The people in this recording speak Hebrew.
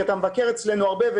כי אתה מבקר אצלנו הרבה,